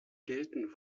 gelten